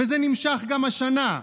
וזה נמשך גם השנה.